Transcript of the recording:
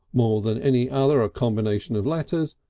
more than any other ah combination of letters,